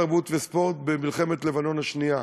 התרבות והספורט במלחמת לבנון השנייה.